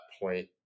point